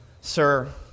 sir